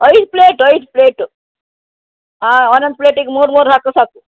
ಐದು ಪ್ಲೇಟು ಐದು ಪ್ಲೇಟು ಹಾಂ ಒಂದೊಂದು ಪ್ಲೇಟಿಗೆ ಮೂರು ಮೂರು ಹಾಕಿರೂ ಸಾಕು